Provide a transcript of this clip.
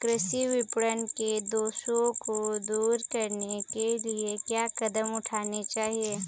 कृषि विपणन के दोषों को दूर करने के लिए क्या कदम उठाने चाहिए?